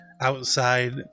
outside